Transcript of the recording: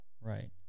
Right